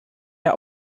der